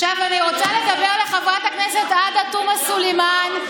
עכשיו אני רוצה לדבר אל חברת הכנסת עאידה תומא סלימאן,